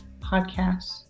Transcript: podcasts